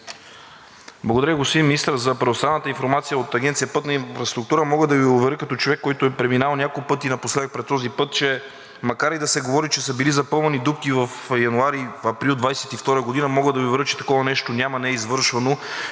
Благодаря, господин Министър, за предоставената информация от Агенция „Пътна инфраструктура“. Мога да Ви уверя като човек, който е преминавал няколко пъти напоследък през този път, че макар и да се говори, че са били запълнени дупки в януари-април 2022 г., такова нещо няма и не е извършвано